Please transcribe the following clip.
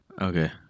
okay